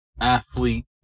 athlete